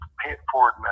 pay-it-forward